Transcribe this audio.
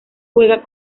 juega